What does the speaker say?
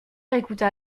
écouta